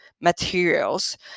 materials